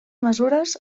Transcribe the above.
mesures